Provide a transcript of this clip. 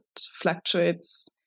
fluctuates